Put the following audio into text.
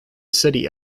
city